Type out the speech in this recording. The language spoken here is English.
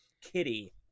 kitty